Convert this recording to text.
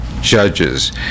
Judges